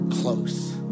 close